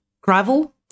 gravel